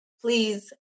please